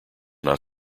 not